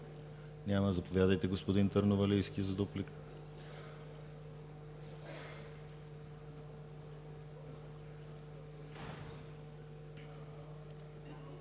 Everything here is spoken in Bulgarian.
Няма. Заповядайте, господин Търновалийски, за дуплика.